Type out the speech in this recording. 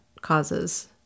causes